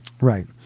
Right